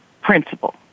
principle